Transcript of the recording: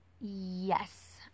Yes